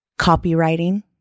copywriting